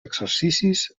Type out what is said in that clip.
exercicis